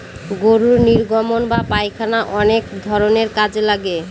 গরুর নির্গমন বা পায়খানা অনেক ধরনের কাজে লাগে